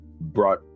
brought